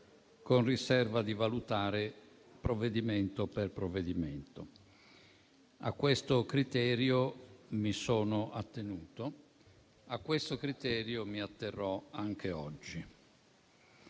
con riserva di valutare provvedimento per provvedimento. A questo criterio mi sono attenuto e a questo criterio mi atterrò anche oggi.